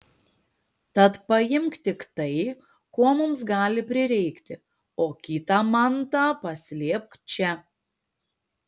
tad paimk tik tai ko mums gali prireikti o kitą mantą paslėpk čia